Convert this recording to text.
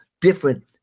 different